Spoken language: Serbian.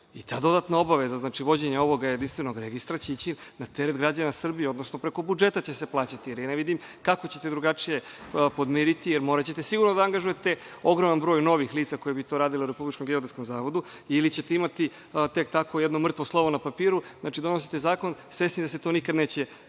I, ta dodatna obaveza, znači vođenja ovog jedinstvenog registra će ići na teret građana Srbije, odnosno preko budžeta će se plaćati, jer ne vidim kako ćete drugačije podmiriti, jer moraćete sigurno da angažujete ogroman broj novih lica koja bi to radila u RGZ ili ćete imati tek tako jedno mrtvo slovo na papiru. Znači, donosite zakon svesni da se to nikada neće